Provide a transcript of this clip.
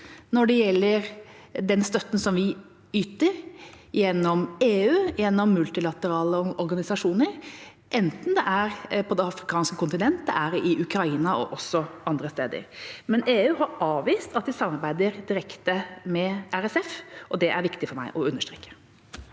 når det gjelder den støtten som vi yter – gjennom EU, gjennom multilaterale organisasjoner – enten det er på det afrikanske kontinentet, i Ukraina eller andre steder. Men EU har avvist at de samarbeider direkte med RSF, og det er viktig for meg å understreke.